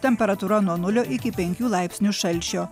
temperatūra nuo nulio iki penkių laipsnių šalčio